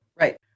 Right